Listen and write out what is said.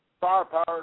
firepower